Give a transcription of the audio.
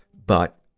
but,